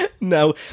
No